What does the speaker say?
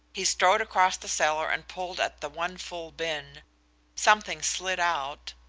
he strode across the cellar and pulled at the one full bin something slid out,